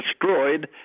destroyed